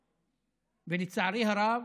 ולצערי הרב,